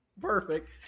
perfect